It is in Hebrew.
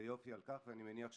ונהדר, ואני מניח שנמשיך,